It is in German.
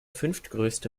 fünftgrößte